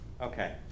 Okay